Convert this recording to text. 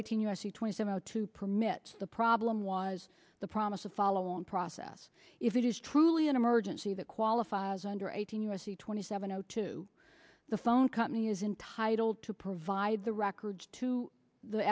eighteen u s c twenty some out to permit the problem was the promise of follow on process if it is truly an emergency that qualifies under eighteen u s c twenty seven zero two the phone company is entitled to provide the records to the